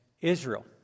Israel